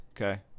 Okay